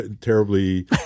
terribly